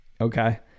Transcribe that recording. Okay